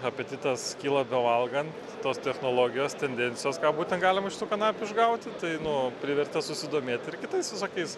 apetitas kyla bevalgant tos technologijos tendencijos ką būtent galima iš tų kanapių išgauti tai nu privertė susidomėti ir kitais visokiais